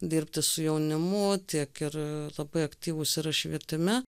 dirbti su jaunimu tiek ir labai aktyvūs yra švietime